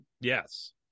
Yes